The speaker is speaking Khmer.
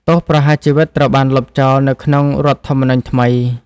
ទោសប្រហារជីវិតត្រូវបានលុបចោលនៅក្នុងរដ្ឋធម្មនុញ្ញថ្មី។